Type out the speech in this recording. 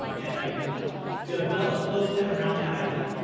and i developed lopen around that idea.